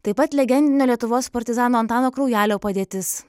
taip pat legendinio lietuvos partizano antano kraujelio padėtis